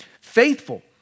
faithful